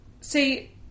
see